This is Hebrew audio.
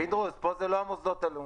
פינדרוס, פה זה לא המוסדות הלאומיים.